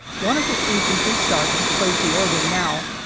one of the infantry sergeants plays the organ now,